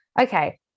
okay